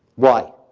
why?